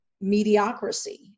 mediocrity